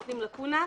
מתקנים לקונה.